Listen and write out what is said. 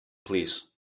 plîs